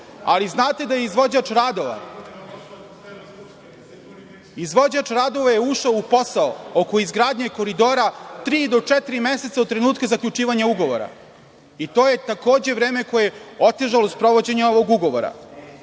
Ali, znate da je izvođač radova ušao u posao oko izgradnje koridora tri do četiri meseca od trenutka zaključivanja ugovora. To je takođe vreme koje je otežalo sprovođenje ovog ugovora. Kada